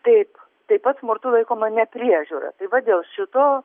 taip taip pat smurtu laikoma nepriežiūra tai va dėl šito